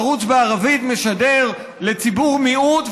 ערוץ בערבית משדר לציבור מיעוט,